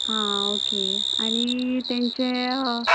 हां ओके आनी तेंचें